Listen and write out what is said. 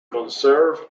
conserve